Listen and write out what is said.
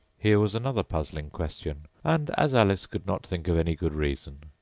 here was another puzzling question and as alice could not think of any good reason,